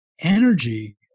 energy